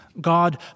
God